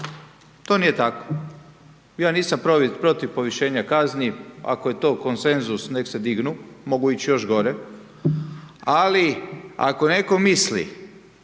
To nije tako. Ja nisam protiv povišenja kazni, ako je to konsenzus nek se dignu, mogu ići još gore, ali ako netko misli